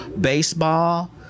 Baseball